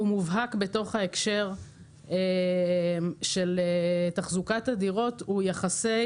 הוא מובהק בתוך ההקשר של תחזוקת הדירות הוא יחסי